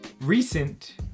recent